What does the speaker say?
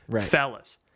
fellas